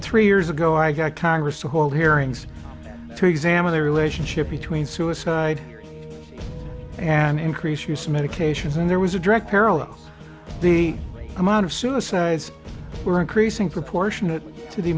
three years ago i got congress to hold hearings to examine the relationship between suicide and increase use medications and there was a direct parallel the amount of suicides were increasing proportionate to the